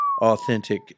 authentic